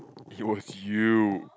it was you